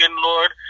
Lord